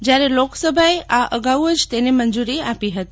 જયારે લોકસભાએ આ અગાઉ જ તેને મંજૂરી આપી હતી